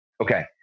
Okay